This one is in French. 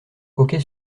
hockey